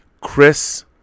Chris